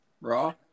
Raw